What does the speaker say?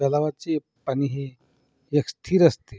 तलावाचे पाणी हे एक स्थिर असते